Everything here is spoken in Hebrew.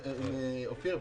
אופיר,